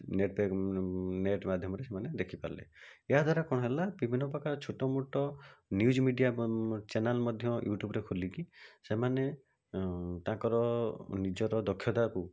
net pack net ମାଧ୍ୟମରେ ସେମାନେ ଦେଖିପାରିଲେ ଏହା ଦ୍ଵାରା କ'ଣ ହେଲା ବିଭିନ୍ନପ୍ରକାର ଛୋଟମୋଟ ନ୍ୟୁଜ୍ ମିଡ଼ିଆ ଚ୍ୟାନେଲ୍ ମଧ୍ୟ ୟୁଟୁବ୍ରେ ଖୋଲିକି ସେମାନେ ତାଙ୍କର ନିଜର ଦକ୍ଷତାକୁ